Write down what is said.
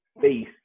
face